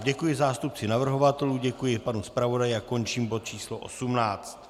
Děkuji zástupci navrhovatelů, děkuji panu zpravodaji a končím bod číslo 18.